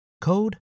code